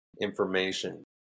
information